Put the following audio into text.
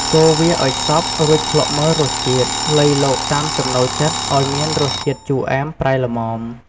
កូរវាឱ្យសព្វ រួចភ្លក្សមើលរសជាតិ លៃលកតាមចំណូលចិត្តឱ្យមានរសជាតិជូរអែម ប្រៃល្មម។